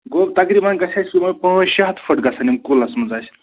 گوٚو تقریٖبَن گژھِ اَسہِ یِمٕے پانٛژھ شےٚ ہَتھ فُٹہٕ گژھَن یِم کُلَس منٛز اَسہِ